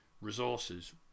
resources